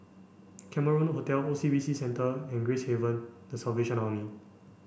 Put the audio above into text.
Cameron Hotel O C B C Centre and Gracehaven the Salvation Army